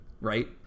right